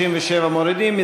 37, מורידים.